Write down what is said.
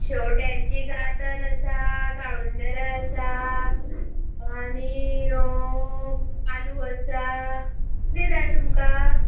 शेवट्यांची गांथन आसा काळुंदरां आसा आनी पालू आसा कितें जाय तुमकां